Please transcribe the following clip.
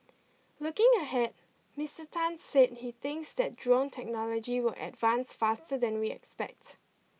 looking ahead Mister Tan said he thinks that drone technology will advance faster than we expect